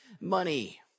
money